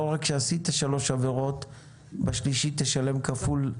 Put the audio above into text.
לא רק שעשית שלוש עבירות אלא בשלישית תשלם כפול.